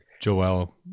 Joel